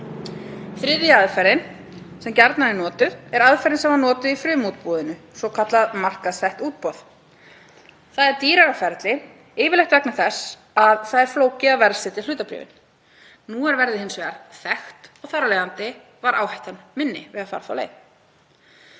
Þriðja aðferðin, sem gjarnan er notuð, er aðferðin sem var notuð í frumútboðinu, svokallað markaðssett útboð. Það er dýrara ferli, yfirleitt vegna þess að það er flókið að verðsetja hlutabréfin. Nú er verðið hins vegar þekkt og þar af leiðandi var áhættan minni við að fara þá leið.